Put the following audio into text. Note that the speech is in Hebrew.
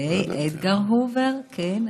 ג'יי אדגר הובר, כן.